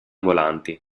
volanti